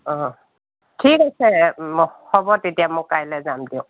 অঁ ঠিক আছে হ'ব তেতিয়া মই কাইলৈ যাম দিয়ক